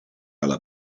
alla